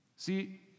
See